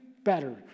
better